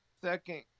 second